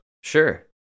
Sure